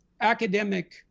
academic